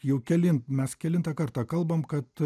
jau keli mes kelintą kartą kalbam kad